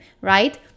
right